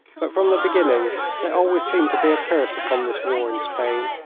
but from the beginning there always seemed to be a curse upon this war in spain.